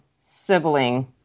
sibling